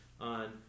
on